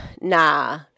nah